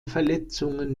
verletzungen